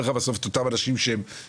נשאר לך בסוף את אותם אנשים המרוחקים,